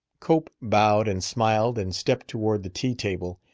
cope bowed and smiled and stepped toward the tea-table.